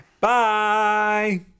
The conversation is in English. Bye